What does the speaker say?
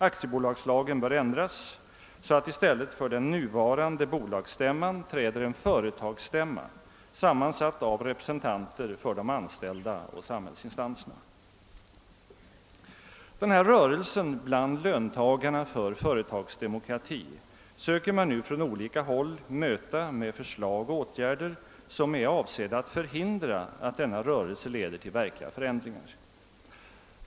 Aktiebolagslagen bör ändras så att det i den nuvarande bolagsstämmans ställe träder in en företagsstämma sammansatt av representanter för de anställda och samhällsinstanserna. Löntagarnas krav på företagsdemokrati söker man nu från olika håll möta med förslag och åtgärder, som är avsedda att förhindra att denna rörelse leder till verkliga förändringar.